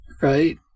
Right